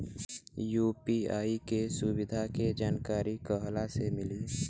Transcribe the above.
UPI के सुविधा के जानकारी कहवा से मिली?